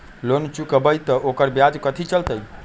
Loan चुकबई त ओकर ब्याज कथि चलतई?